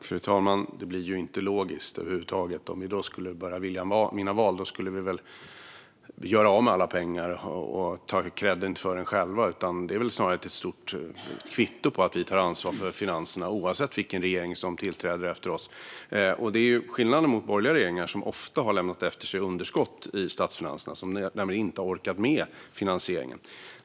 Fru talman! Detta blir inte logiskt över huvud taget. Om vi bara skulle vilja vinna val skulle vi väl göra av med alla pengar och ta kredd för det själva. Det är väl snarare ett kvitto på att vi tar ansvar för finanserna oavsett vilken regering som tillträder efter oss. Det är skillnaden mot borgerliga regeringar, som ofta har lämnat efter sig underskott i statsfinanserna och som inte har orkat med finansieringen.